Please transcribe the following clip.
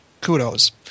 kudos